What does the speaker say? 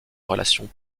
relation